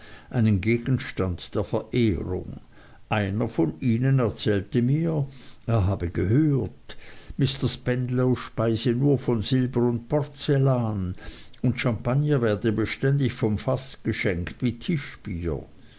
einen gegenstand der verehrung einer von ihnen erzählte mir er habe gehört mr spenlow speise nur von silber und porzellan und champagner werde beständig vom faß geschenkt wie tischbier